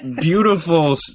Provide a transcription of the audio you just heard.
beautiful